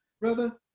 Brother